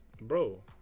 Bro